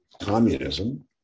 communism